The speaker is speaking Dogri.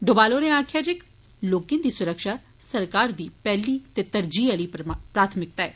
डोमाल होरें आखेया जे लोकें दी सुरखा सरकार दी पैहली ते तरजीह आली प्राथमिकता ऐ